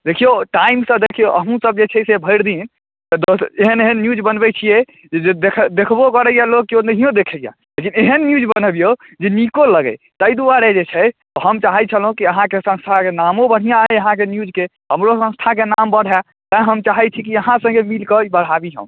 देखियौ टाइम तऽ देखियौ अहूँसभ जे छै से भरि दिन मतलब एहन एहन न्यूज बनबैत छियै जे देखबो करैए लोक कियो नहियो देखैए लेकिन एहन न्यूज बनबियौ जे नीको लगय ताहि द्वारे जे छै हम चाहैत छलहुँ कि अहाँके संस्थाक नामो बढ़िआँ अइ अहाँके न्यूजके हमरो संस्थाके नाम बढ़ए तेँ हम चाहैत छी जे अहाँ सङ्गे मिलि कऽ ई बढ़ाबी हम